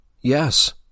Yes